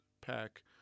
pack